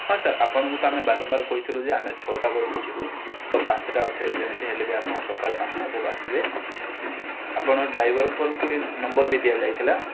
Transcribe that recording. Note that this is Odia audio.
ହଁ ସାର୍ ଆପଣଙ୍କୁ ତ ଆମେ ବାରମ୍ବାର କହିଥିଲୁ ଯେ ଆମେ ଛଅଟା ବେଳକୁ ଯିବୁ ତ ପାଞ୍ଚଟା ଅଧେରୁ ଯେମିତି ହେଲେ ବି ଆପଣ ପାଞ୍ଚଟା ଅଧେରୁ ଆସିବେ ଆପଣଙ୍କ ଡ୍ରାଇଭରଙ୍କୁ ବି ଏଇ ନମ୍ବର ଦିଆଯାଇଥିଲା